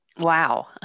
Wow